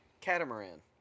Catamaran